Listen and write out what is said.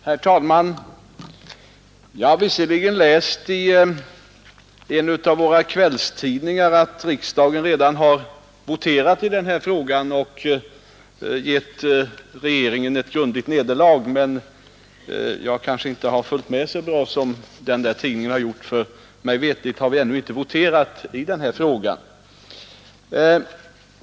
Herr talman! Jag har visserligen läst i en av våra kvällstidningar att riksdagen redan har voterat i den här frågan och gett regeringen ett grundligt nederlag, men jag har kanske inte följt med lika bra som den tidningen har gjort, för mig veterligt har vi ännu inte voterat i frågan.